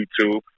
YouTube